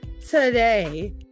today